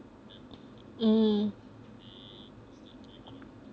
um